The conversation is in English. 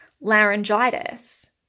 laryngitis